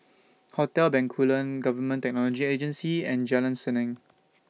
Hotel Bencoolen Government Technology Agency and Jalan Senang